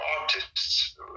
artists